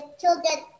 children